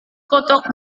kotak